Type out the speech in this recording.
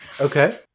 Okay